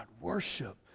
worship